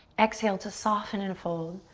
exhale to soften and fold.